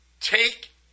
take